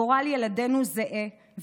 גורל ילדינו זהה,